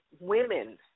women